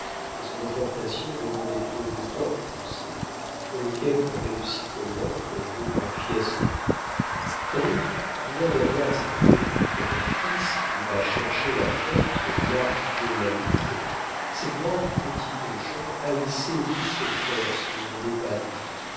et son importation demandait trop de temps aux français pour lesquels une réussite lente vaut un fiasco d'ailleurs loin d'avoir cette politique rédemptrice qui va chercher la force là où dieu l'a mise ces grandes petites gens haïssaient toute force qui ne venait pas d'eux